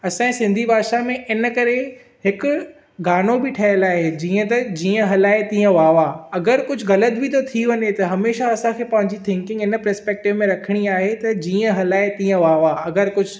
असांजे सिंधी भाषा में इन करे हिकु गानो बि ठहियलु आहे जीअं हलाऐं तीअं वाह वाह अगरि कुझु ग़लति बि थो थी वञे त हमेशह असांखे पंहिंजी थिंकिंग हिन पर्सपैक्टिव में रखणी आहे त जीअं हलाऐ तीअं वाह वाह अगरि कुझु